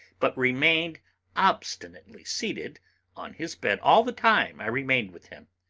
but remained obstinately seated on his bed all the time i remained with him.